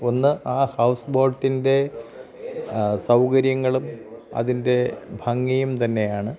ഒന്ന് ആ ഹൗസ് ബോട്ടിൻ്റെ സൗകര്യങ്ങളും അതിൻ്റെ ഭംഗിയും തന്നെയാണ്